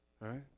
right